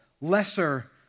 lesser